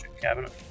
cabinet